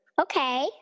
Okay